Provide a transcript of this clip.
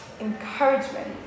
encouragement